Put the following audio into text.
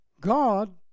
God